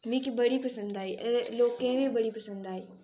मिकी बड़ी पंसद आई अदे लोकें गी बी बड़ी पंसद आई